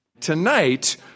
Tonight